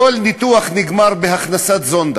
ניתוח נגמר בהכנסת זונדה,